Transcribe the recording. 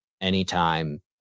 anytime